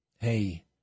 hey